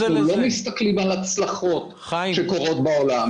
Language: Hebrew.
אנחנו לא מסתכלים על הצלחות שקורות בעולם.